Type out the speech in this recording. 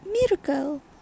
Miracle